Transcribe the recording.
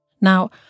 Now